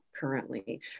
currently